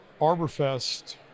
ArborFest